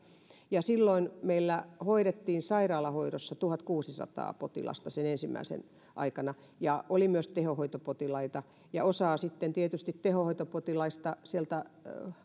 ja silloin meillä hoidettiin sairaalahoidossa tuhatkuusisataa potilasta sen ensimmäisen aallon aikana ja oli myös tehohoitopotilaita ja tietysti osan tehohoitopotilaista kohdalla